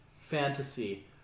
fantasy